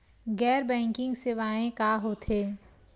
गैर बैंकिंग सेवाएं का होथे?